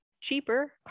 cheaper